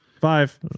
five